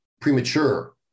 premature